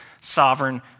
sovereign